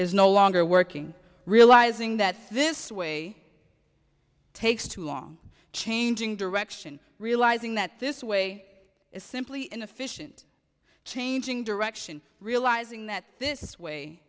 is no longer working realizing that this way takes too long changing direction realizing that this way is simply inefficient changing direction realizing that this way